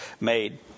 made